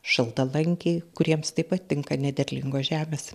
šaltalankiai kuriems taip pat tinka nederlingos žemės